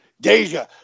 Deja